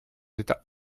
d’état